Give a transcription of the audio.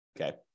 Okay